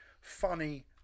funny